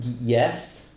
Yes